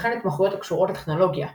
וכן התמחויות הקשורות לטכנולוגיה Java,